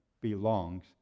belongs